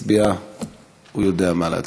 יודע מה להצביע.